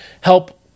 help